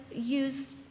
use